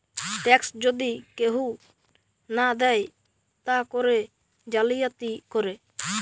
tax যদি কেহু না দেয় তা করে জালিয়াতি করে